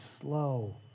slow